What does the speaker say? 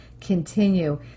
continue